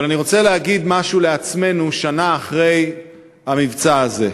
אבל אני רוצה להגיד משהו לעצמנו שנה אחרי המבצע הזה: